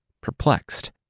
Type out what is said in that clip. perplexed